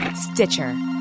Stitcher